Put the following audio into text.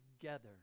together